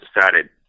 decided